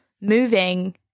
moving